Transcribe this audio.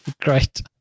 Great